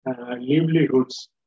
livelihoods